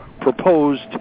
proposed